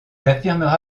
affirmera